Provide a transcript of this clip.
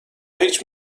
هیچ